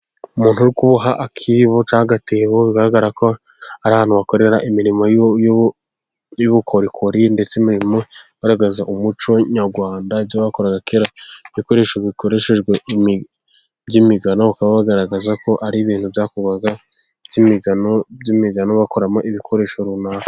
Umuntu uri kuboha akibo cyangwa agatebo bigaragara ko ari ahantu bakorera imirimo y'ubukorikori, ndetse imirimo igaragaza umuco nyarwanda ibyo bakoraga kera, ibikoresho bikoreshejwe by'imigano ukaba wagaragaza ko ari ibintu byakorwaga by'imigano bakoramo ibikoresho runaka.